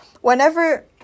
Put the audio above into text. whenever